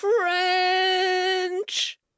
french